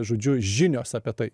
žodžiu žinios apie tai